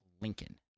Lincoln